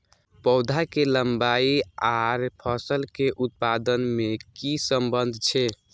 पौधा के लंबाई आर फसल के उत्पादन में कि सम्बन्ध छे?